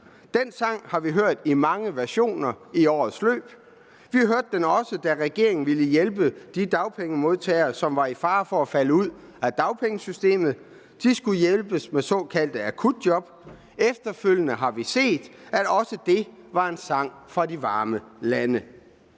Den sang har vi hørt i mange versioner i årets løb. Vi hørte den også, da regeringen ville hjælpe de dagpengemodtagere, som var i fare for at falde ud af dagpengesystemet. De skulle hjælpes med såkaldte akutjob. Efterfølgende har vi set, at også det var en sang fra de varme lande.